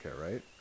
right